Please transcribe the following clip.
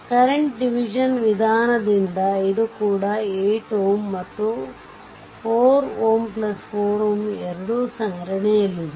current division ವಿಧಾನದಿಂದ ಇದು ಕೂಡ 8 Ω ಮತ್ತು 4Ω 4Ω ಎರಡೂ ಸರಣಿಯಲ್ಲಿದೆ